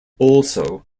also